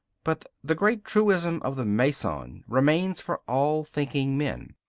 but the great truism of the meson remains for all thinking men,